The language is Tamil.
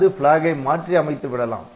அது Flag மாற்றி அமைத்துவிடலாம்